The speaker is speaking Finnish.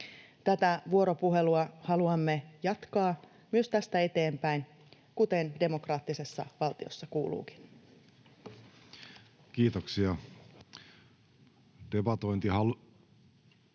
Tätä vuoropuhelua haluamme jatkaa myös tästä eteenpäin, kuten demokraattisessa valtiossa kuuluukin. [Speech